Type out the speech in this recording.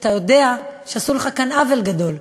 וכשאתה יודע שעשו לך כאן עוול גדול,